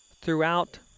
throughout